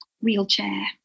wheelchair